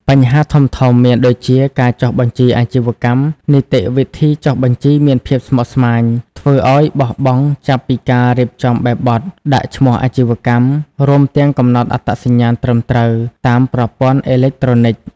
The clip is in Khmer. បញ្ហាធំៗមានដូចជាការចុះបញ្ជីអាជីវកម្ម នីតិវិធីចុះបញ្ជីមានភាពស្មុគស្មាញធ្វើឲ្យបោះបង់ចាប់ពីការរៀបចំបែបបទ ដាក់ឈ្មោះអាជីវកម្ម រួមទាំងកំណត់អត្តសញ្ញាណត្រឹមត្រូវតាមប្រព័ន្ធអេឡិចត្រូនិក។